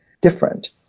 different